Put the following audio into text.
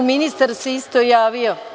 Ministar se isto javio.